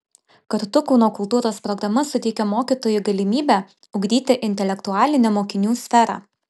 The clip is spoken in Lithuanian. kartu kūno kultūros programa suteikia mokytojui galimybę ugdyti intelektualinę mokinių sferą